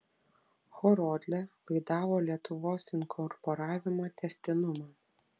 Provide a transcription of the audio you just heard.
horodlė laidavo lietuvos inkorporavimo tęstinumą